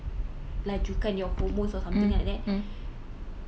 some of them works but uh the side effect is because they